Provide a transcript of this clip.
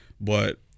But-